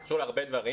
קשור להרבה דברים.